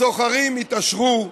הסוחרים יתעשרו,